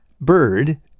bird